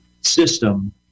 system